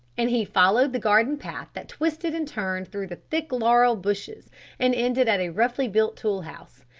and he followed the garden path that twisted and turned through the thick laurel bushes and ended at a roughly-built tool house.